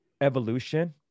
evolution